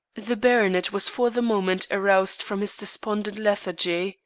the baronet was for the moment aroused from his despondent lethargy.